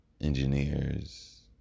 engineers